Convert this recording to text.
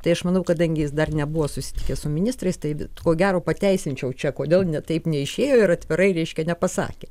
tai aš manau kadangi jis dar nebuvo susitikęs su ministrais tai ko gero pateisinčiau čia kodėl ne taip neišėjo ir atvirai reiškia nepasakė